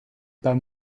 pas